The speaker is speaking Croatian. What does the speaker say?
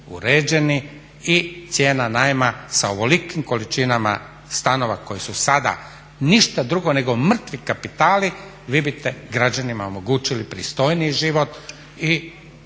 i cijena najma sa ovolikim količinama stanova koji su sada ništa drugo nego mrtvi kapitali vi biste građanima omogućili pristojniji život i